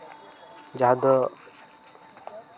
ᱡᱟᱦᱟᱸ ᱫᱚ